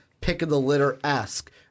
pick-of-the-litter-esque